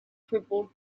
crippled